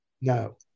No